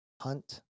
hunt